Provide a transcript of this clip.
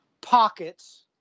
pockets